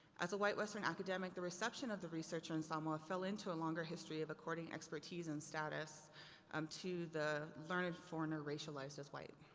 as a white western academic the reception of the researcher in samoa fell into a longer history of according expertise and status um to the learned foreigner racialized as white.